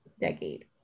decade